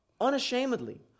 unashamedly